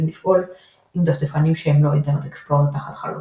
לפעול עם דפדפנים שהם לא אינטרנט אקספלורר תחת חלונות,